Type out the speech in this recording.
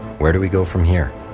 where do we go from here?